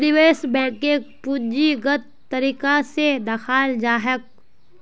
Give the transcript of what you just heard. निवेश बैंकक पूंजीगत तरीका स दखाल जा छेक